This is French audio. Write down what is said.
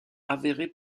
avéré